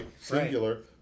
singular